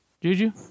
Juju